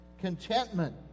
contentment